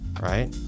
Right